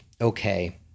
okay